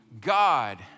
God